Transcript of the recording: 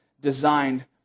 designed